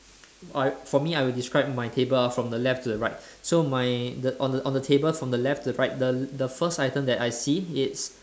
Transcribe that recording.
I for me I would describe my table ah from the left to the right so my the on the on the table from left to right the the first item that I see it's